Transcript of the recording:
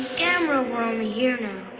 gamera were only here now.